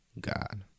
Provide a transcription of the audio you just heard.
God